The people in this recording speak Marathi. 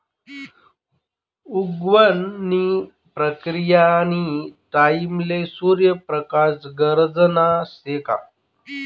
उगवण नी प्रक्रीयानी टाईमले सूर्य प्रकाश गरजना शे का